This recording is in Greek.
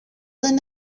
δεν